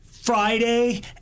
Friday